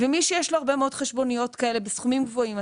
ומי שיש לו הרבה מאוד חשבוניות כאלה בסכומים גבוהים,